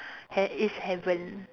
hea~ it's heaven